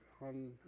on